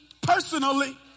personally